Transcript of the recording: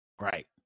Right